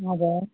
हजुर